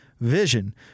Vision